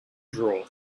draw